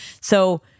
So-